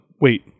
wait